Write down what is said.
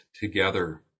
together